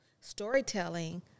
storytelling